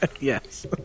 Yes